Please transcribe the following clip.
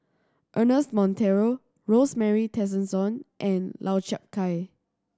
Ernest Monteiro Rosemary Tessensohn and Lau Chiap Khai